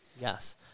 Yes